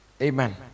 amen